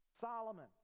Solomon